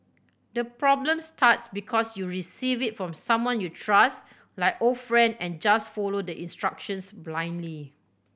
the problem starts because you receive it from someone you trust like old friend and just follow the instructions blindly